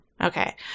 Okay